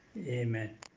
Amen